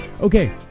Okay